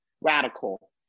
radical